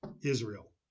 Israel